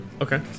Okay